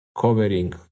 covering